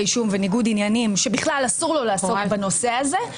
אישום וניגוד עניינים שבכלל אסור לו לעסוק בנושא הזה,